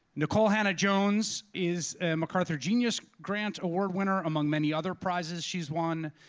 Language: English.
nikole hannah-jones is a macarthur genius grant award winner, among many other prizes she's won.